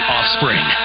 Offspring